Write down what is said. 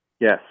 Yes